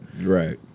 Right